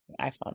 iPhone